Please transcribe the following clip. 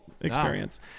experience